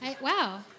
Wow